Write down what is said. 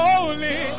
Holy